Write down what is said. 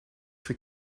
for